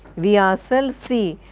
we ourselves see,